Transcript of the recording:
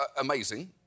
amazing